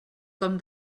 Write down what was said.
com